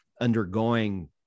undergoing